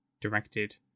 directed